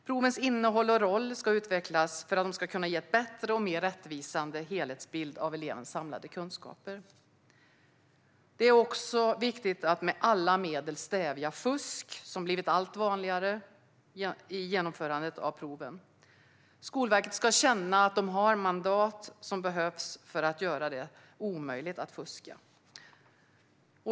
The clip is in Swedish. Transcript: Provens innehåll och roll ska utvecklas för att kunna ge en bättre och mer rättvisande helhetsbild av elevens samlade kunskaper. Det är också viktigt att med alla medel stävja det fusk som blivit allt vanligare i genomförandet av proven. Skolverket ska känna att de har det mandat som behövs för att göra det omöjligt att fuska.